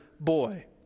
boy